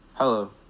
Hello